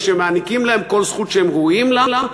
ושנותנים להם כל זכות שהם ראויים לה.